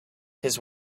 his